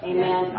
Amen